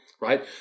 right